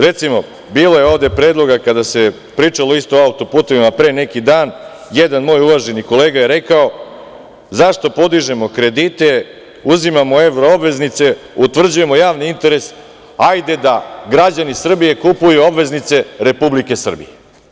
Recimo, bilo je ovde predloga kada se pričalo isto o auto-putevima pre neki dan, jedan moj uvaženi kolega je rekao zašto podižemo kredite, uzimamo evro obveznice, utvrđujemo javne interesa, hajde da građani Srbije kupuju obveznice Republike Srbije.